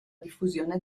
diffusione